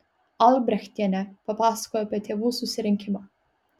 albrechtienė papasakojo apie tėvų susirinkimą